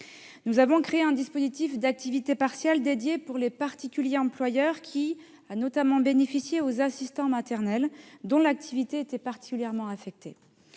Nous avons créé un dispositif d'activité partielle dédié pour les particuliers employeurs, qui a notamment bénéficié aux assistants maternels, dont l'activité était particulièrement affectée.